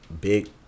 big